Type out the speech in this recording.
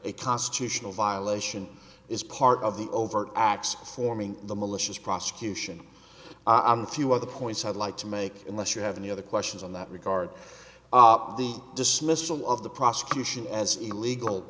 a constitutional violation is part of the overt acts forming the malicious prosecution i'm a few other points i'd like to make unless you have any other questions in that regard the dismissal of the prosecution as illegal